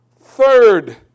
third